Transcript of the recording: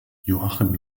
joachim